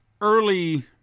early